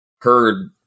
heard